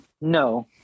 no